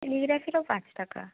টেলিগ্রাফিরও পাঁচ টাকা